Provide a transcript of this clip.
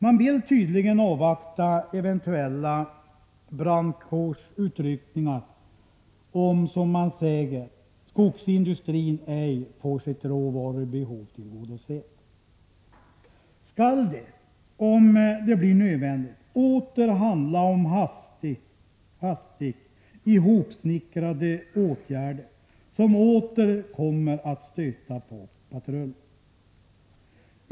Man vill tydligen avvakta eventuella brandkårsutryckningar om, som man säger, skogsindustrin ej får sitt råvarubehov tillgodosett. Skall det, om det blir nödvändigt, åter handla om hastigt ihopsnickrade åtgärder, som åter kommer att stöta på patrull?